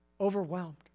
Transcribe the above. overwhelmed